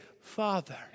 Father